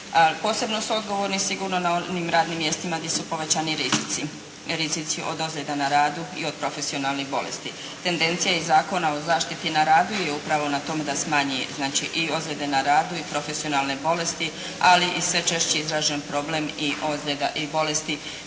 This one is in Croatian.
Posebno su odgovorni sigurno na onim radnim mjesecima gdje su povećani rizici, rizici od ozljeda na radu i od profesionalnih bolesti. Tendencija iz Zakona o zaštiti na radu ide upravo na tome da smanji znači i ozljede na radu i profesionalne bolesti ali i sve češće izražen problem ozljeda i bolesti